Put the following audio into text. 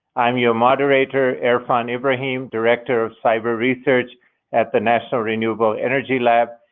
i'm your moderator, erfan ibrahim, director of cyber research at the national renewable energy lab,